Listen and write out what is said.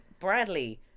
Bradley